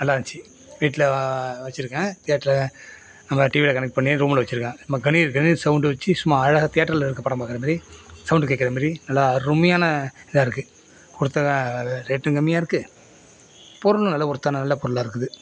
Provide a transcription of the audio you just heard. நல்லா இருந்துச்சு வீட்டில் வா வச்சுருக்கேன் தியேட்டர நம்ம டிவியில் கனெக்ட் பண்ணி ரூமில் வச்சிருக்கேன் சும்மா கணீர்ன்னு கணீர்ன்னு சவுண்ட் வந்துச்சு சும்மா அழகாக தியேட்டரில் இருக்க படம் பார்க்குற மாரி சவுண்ட் கேட்குற மாரி நல்லா அருமையான இதாக இருக்குது கொடுத்த ரேட்டும் கம்மியாக இருக்குது பொருளும் நல்ல ஒர்த்தான நல்ல பொருளாக இருக்குது